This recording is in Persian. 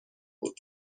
بود